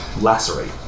lacerate